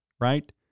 right